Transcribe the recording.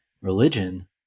religion